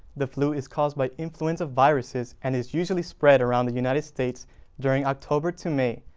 the flu is caused by influenza viruses and is usually spread around the united states during october to may.